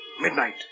Midnight